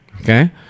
okay